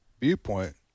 viewpoint